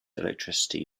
electricity